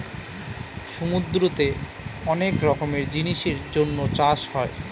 সমুদ্রতে অনেক রকমের জিনিসের জন্য চাষ হয়